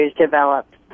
developed